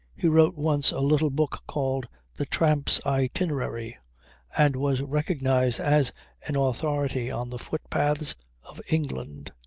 he wrote once a little book called the tramp's itinerary and was recognised as an authority on the footpaths of england.